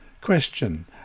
Question